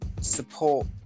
support